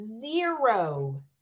zero